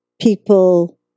people